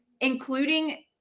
including